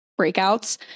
breakouts